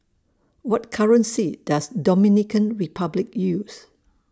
What currency Does Dominican Republic use